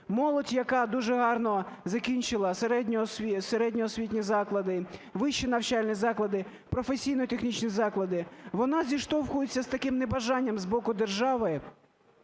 Молодь, яка дуже гарно закінчила середні освітні заклади, вищі навчальні заклади, професійно-технічні заклади, вона зіштовхується з таким небажанням з боку держави